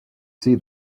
see